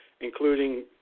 including